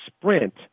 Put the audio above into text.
sprint